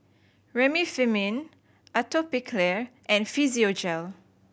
Remifemin Atopiclair and Physiogel